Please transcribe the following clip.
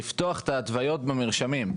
לפתוח את ההתוויות במרשמים,